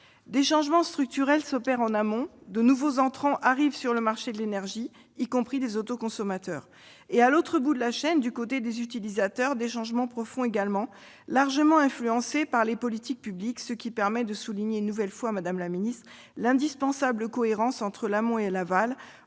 Des changements structurels s'opèrent en amont, de nouveaux entrants arrivent sur le marché de l'énergie, y compris les autoconsommateurs. À l'autre bout de la chaîne, du côté des utilisateurs, on observe également des changements profonds, largement influencés par les politiques publiques, ce qui permet de souligner une nouvelle fois l'indispensable cohérence entre l'amont et l'aval,